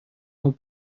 اما